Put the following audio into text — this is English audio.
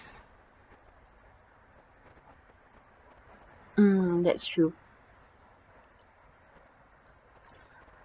mm that's true